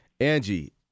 Angie